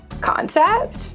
concept